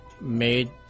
made